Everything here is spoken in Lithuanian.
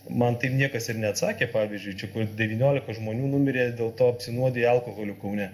man taip niekas ir neatsakė pavyzdžiui čia kur devyniolika žmonių numirė dėl to apsinuodiję alkoholiu kaune